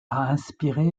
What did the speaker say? inspiré